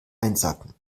einsacken